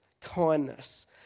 kindness